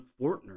Fortner